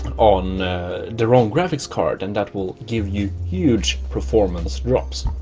on the wrong graphics card and that will give you huge performance drops